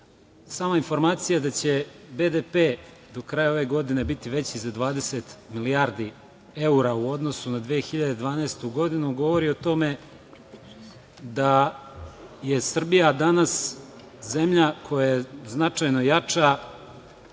Samo informacija da će BDP do kraja ove godine biti veći za 20 milijardi evra u odnosu na 2012. godinu govori o tome da je Srbija danas zemlja koja je značajno jača,